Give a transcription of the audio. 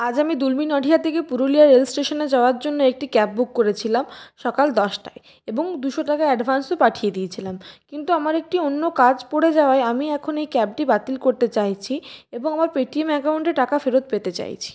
আজ আমি দুলমী নডিহা থেকে পুরুলিয়া রেল স্টেশনে যাওয়ার জন্য একটি ক্যাব বুক করেছিলাম সকাল দশটায় এবং দুশো টাকা অ্যাডভান্সও পাঠিয়ে দিয়েছিলাম কিন্তু আমার একটি অন্য কাজ পড়ে যাওয়ায় আমি এখন এই ক্যাবটি বাতিল করতে চাইছি এবং আমার পেটিএম আকাউন্টে টাকা ফেরত পেতে চাইছি